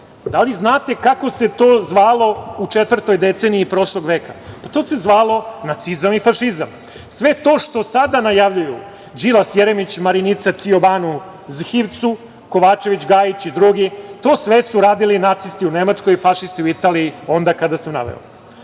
Da li znate kako se to zvalo u četvrtoj deceniji prošlog veka? To se zvalo nacizam i fašizam. Sve to što sada najavljuju Đilas, Jeremić, Marinica Cijobanu Zhivcu, Kovačević, Gajić i drugi, to sve su radili nacisti u Nemačkoj, fašisti u Italiji onda kada sam naveo.